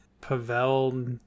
Pavel